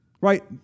Right